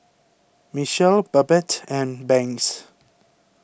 Michele Babette and Banks